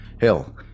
Hell